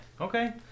Okay